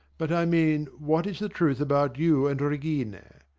but i mean, what is the truth about you and regina?